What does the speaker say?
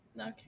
okay